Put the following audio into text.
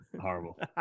horrible